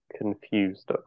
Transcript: confused